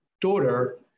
daughter